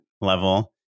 level